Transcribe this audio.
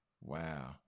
wow